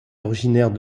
originaire